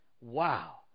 Wow